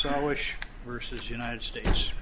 so i wish versus united states